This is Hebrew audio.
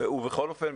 ובכל אופן,